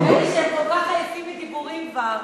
האמת היא שהם כל כך עייפים מדיבורים כבר,